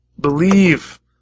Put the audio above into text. Believe